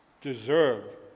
deserve